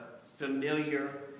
familiar